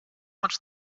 much